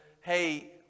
hey